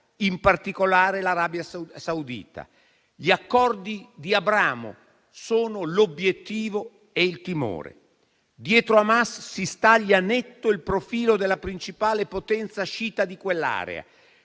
in particolare l'Arabia Saudita. Gli Accordi di Abramo sono l'obiettivo e il timore. Dietro Hamas si staglia netto il profilo della principale potenza sciita di quell'area